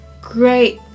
great